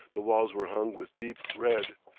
the walls were hung with deep red,